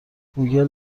گوگل